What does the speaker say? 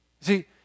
See